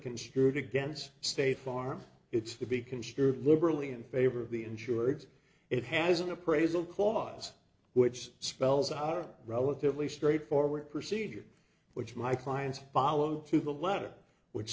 construed against state farm it's to be construed liberally in favor of the insurance it has an appraisal clause which spells out relatively straightforward procedures which my clients follow to the letter which